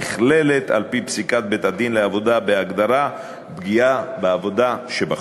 נכללת על-פי פסיקת בית-הדין לעבודה בהגדרת "פגיעה בעבודה" שבחוק.